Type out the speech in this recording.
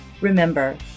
Remember